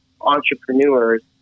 entrepreneurs